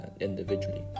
individually